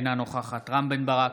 אינה נוכחת רם בן ברק,